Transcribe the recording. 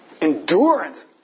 endurance